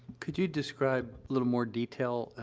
could you describe a little more detail, ah,